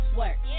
work